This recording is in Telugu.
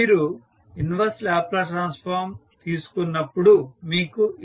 మీరు ఇన్వర్స్ లాప్లాస్ ట్రాన్స్ఫార్మ్ తీసుకున్నప్పుడు మీకు ఇలా వస్తుంది